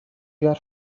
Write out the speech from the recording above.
your